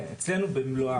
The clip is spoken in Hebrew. כן, אצלנו במלואם.